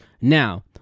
Now